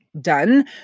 done